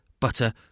Butter